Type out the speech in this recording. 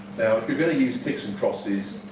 if you are going to use ticks and crosses,